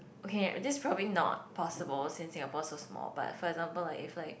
okay this probably not possible since Singapore so small but for example like if like